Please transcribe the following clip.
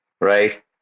right